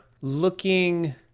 looking